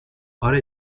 اره